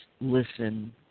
listen